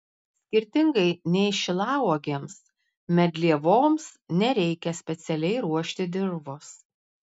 skirtingai nei šilauogėms medlievoms nereikia specialiai ruošti dirvos